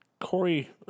Corey